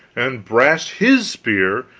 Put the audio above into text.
and brast his spear,